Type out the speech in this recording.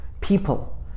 people